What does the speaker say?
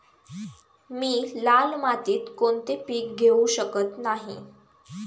मी लाल मातीत कोणते पीक घेवू शकत नाही?